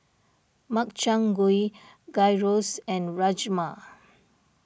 Makchang Gui Gyros and Rajma